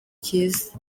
cyiza